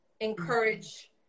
encourage